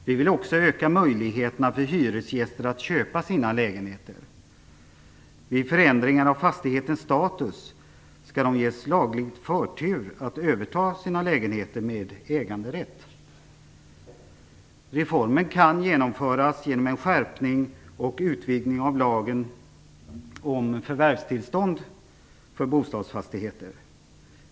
Vi vill också öka möjligheterna för hyresgäster att köpa sina lägenheter. Vid förändringar av fastighetens status skall de ges laglig förtur att överta sina lägenheter med äganderätt. Reformen kan genomföras genom en skärpning och utvidgning av lagen om förvärvstillstånd för bostadsfastigheter.